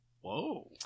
Whoa